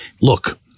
look